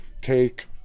take